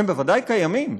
הם בוודאי קיימים,